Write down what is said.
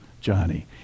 Johnny